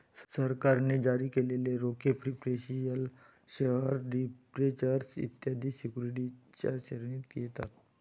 सरकारने जारी केलेले रोखे प्रिफरेंशियल शेअर डिबेंचर्स इत्यादी सिक्युरिटीजच्या श्रेणीत येतात